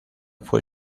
fue